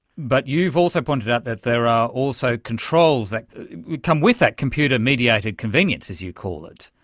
but you've also pointed out that there are also controls that come with that computer mediated convenience, as you call it.